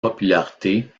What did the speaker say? popularité